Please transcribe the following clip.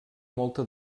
molta